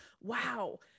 Wow